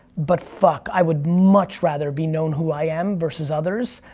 but fuck, i would much rather be known who i am versus others.